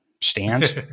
stands